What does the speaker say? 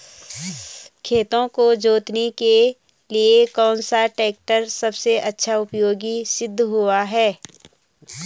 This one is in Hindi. खेतों को जोतने के लिए कौन सा टैक्टर सबसे अच्छा उपयोगी सिद्ध हुआ है?